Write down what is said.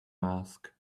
mask